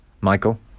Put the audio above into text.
Michael